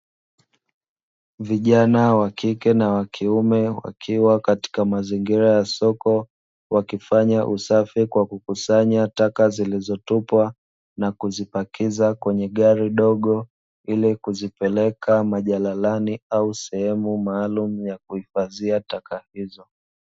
Vijana wa kike na wa kiume wakiwa katika mazingira ya soko wakifanya usafi kwa kukusanya taka zilizotupwa na kuzipakiza kwenye gari dogo ili kuzipeleka majalalani au sehemu maalumu ya kuhifadhia taka hizo.